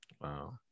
Wow